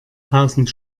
tausend